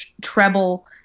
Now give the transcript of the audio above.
treble